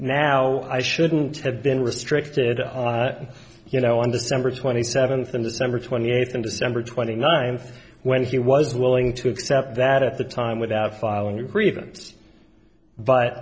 now i shouldn't have been restricted and you know on december twenty seventh and december twenty eighth of december twenty ninth when he was willing to accept that at the time without filing a grievance but